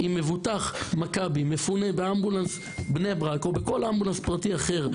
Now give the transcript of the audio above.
אם מבוטח מכבי מפונה באמבולנס בני ברק או בכל אמבולנס פרטי אחר,